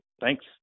Thanks